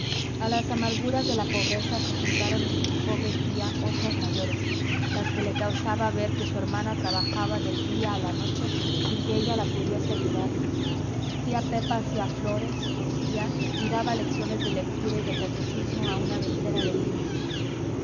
a las amarguras de la pobreza se juntaron en mi pobre tía otras mayores las que le causaba ver que su hermana trabajaba del día a la noche sin que ella la pudiese ayudar tía pepa hacía flores cosía y daba lecciones de lectura y de catecismo a una veintena de niños